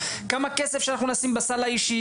כמה כסף שאנחנו נשים בסל האישי,